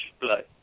blood